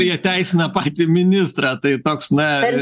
jie teisina patį ministrą tai toks na